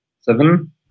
Seven